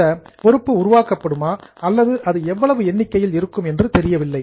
இந்த லியாபிலிடி பொறுப்பு உருவாக்கப்படுமா அல்லது அது எவ்வளவு எண்ணிக்கையில் இருக்கும் என்றும் தெரியவில்லை